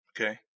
Okay